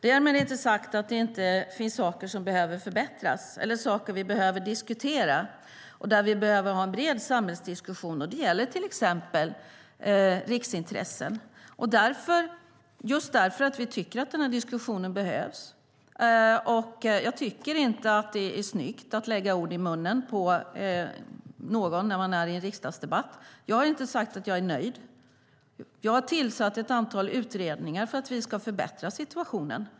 Därmed inte sagt att det inte finns saker som behöver förbättras eller saker som vi behöver ha en bred samhällsdiskussion om. Det gäller till exempel riksintressen. Den här diskussionen behövs. Jag tycker inte att det är snyggt att lägga ord i munnen på någon i en riksdagsdebatt. Jag har inte sagt att jag är nöjd, utan jag har tillsatt ett antal utredningar för att vi ska förbättra situationen.